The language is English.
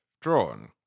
drawn